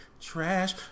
Trash